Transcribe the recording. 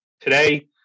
today